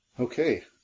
Okay